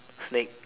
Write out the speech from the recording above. snake